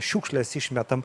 šiukšles išmetam